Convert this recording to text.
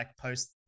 post